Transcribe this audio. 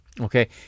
Okay